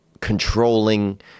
controlling